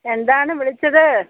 എന്താണ് വിളിച്ചത്